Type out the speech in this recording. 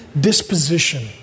disposition